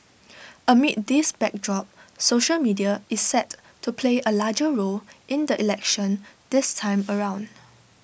amid this backdrop social media is set to play A larger role in the election this time around